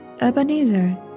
Ebenezer